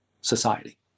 society